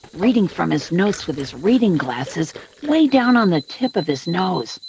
reading from his notes with his reading glasses way down on the tip of his nose,